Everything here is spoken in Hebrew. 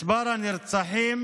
מספר הנרצחים